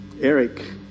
Eric